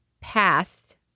past